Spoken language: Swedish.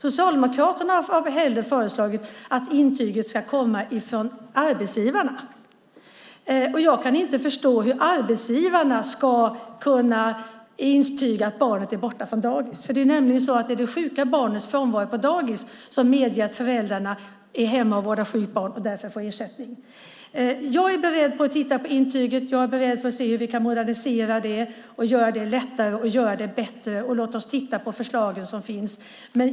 Socialdemokraterna har föreslagit att intyget ska komma från arbetsgivarna. Jag kan inte förstå hur arbetsgivarna ska kunna intyga att barnet är borta från dagis. Det är nämligen det sjuka barnets frånvaro från dagis som medger att föräldrarna är hemma och vårdar sjukt barn och därför får ersättning. Jag är beredd att titta på intyget. Jag är beredd att titta på hur vi kan modernisera det och göra det bättre. Låt oss titta på de förslag som finns.